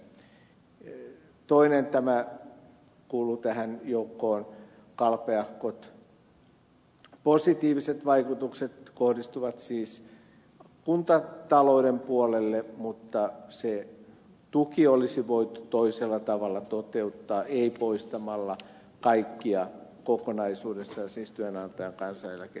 toinen vaikutus joka kuuluu tähän joukkoon kalpeahkot positiiviset vaikutukset kohdistuu siis kuntatalouden puolelle mutta se tuki olisi voitu toisella tavalla toteuttaa ei poistamalla kaikkia kokonaisuudessaan siis työnantajan kansaneläkemaksua